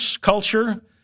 culture